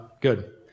good